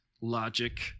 logic